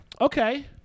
Okay